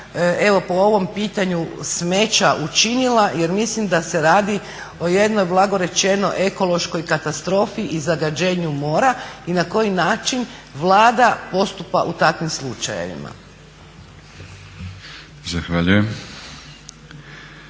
evo po ovom pitanju smeća učinila jer mislim da se radi o jednoj blago rečeno ekološkoj katastrofi i zagađenju mora i na koji način Vlada postupa u takvim slučajevima? **Batinić,